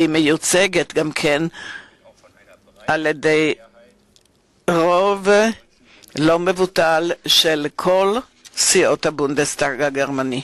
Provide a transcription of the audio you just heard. והיא מיוצגת גם על-ידי רוב לא מבוטל של כל סיעות הבונדסטאג הגרמני.